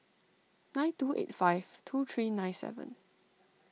nine two eight five two three nine seven